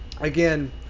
Again